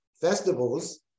festivals